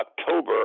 October